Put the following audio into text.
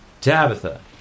Tabitha